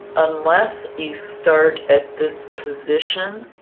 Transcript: unless you start at this position.